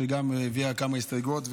שגם הביאה כמה הסתייגויות,